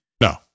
No